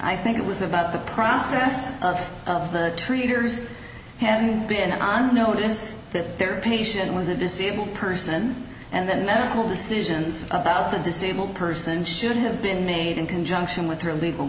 i think it was about the process of the readers have been on notice that their patient was a disabled person and that medical decisions about the disabled person should have been made in conjunction with their legal